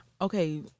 Okay